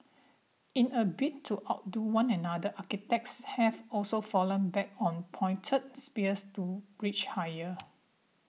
in a bid to outdo one another architects have also fallen back on pointed spires to reach higher